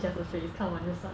it doesn't fit his commanders